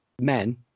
men